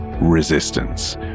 resistance